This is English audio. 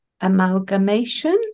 amalgamation